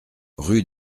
rue